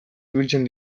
ibiltzen